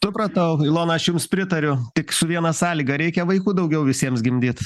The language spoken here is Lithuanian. supratau ilona aš jums pritariu tik su viena sąlyga reikia vaikų daugiau visiems gimdyt